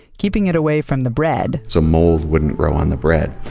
keeping it away from the bread the mold wouldn't grow on the bread,